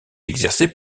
exerçait